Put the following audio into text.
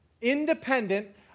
independent